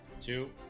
Two